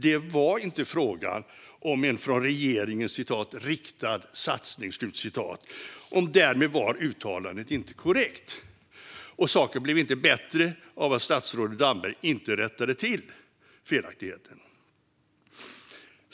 Det var inte frågan om en från regeringen "riktad satsning", och därmed var uttalandet inte korrekt. Och saken blev inte bättre av att statsrådet Damberg inte rättade till felaktigheten.